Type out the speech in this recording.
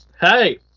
hey